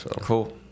Cool